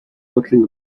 watching